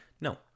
No